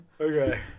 Okay